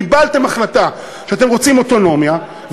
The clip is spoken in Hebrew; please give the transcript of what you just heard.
קיבלתם החלטה שאתם רוצים אוטונומיה,